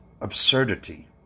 Absurdity